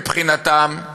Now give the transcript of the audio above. מבחינתם,